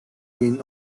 bin